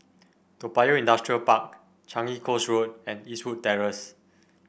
Toa Payoh Industrial Park Changi Coast Road and Eastwood Terrace